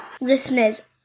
listeners